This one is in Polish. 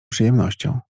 przyjemnością